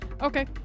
Okay